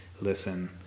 listen